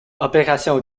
opération